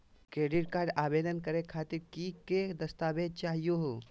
Credit card आवेदन करे खातीर कि क दस्तावेज चाहीयो हो?